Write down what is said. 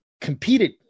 competed